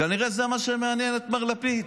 כנראה זה מה שמעניין את מר לפיד.